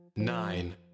Nine